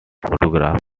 photographs